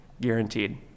guaranteed